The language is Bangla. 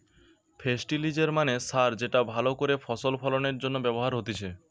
ফেস্টিলিজের মানে সার যেটা ভালো করে ফসল ফলনের জন্য ব্যবহার হতিছে